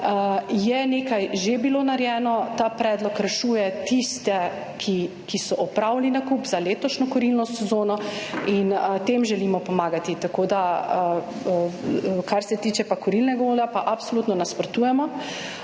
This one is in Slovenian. je nekaj že bilo narejeno, ta predlog rešuje tiste, ki so opravili nakup za letošnjo kurilno sezono in tem želimo pomagati. Kar se tiče pa kurilnega olja pa absolutno nasprotujemo.